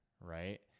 right